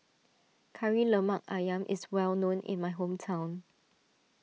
Kari Lemak Ayam is well known in my hometown